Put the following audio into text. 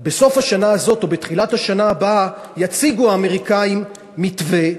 בסוף השנה הזאת או בתחילת השנה הבאה יציגו האמריקנים מתווה,